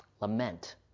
Lament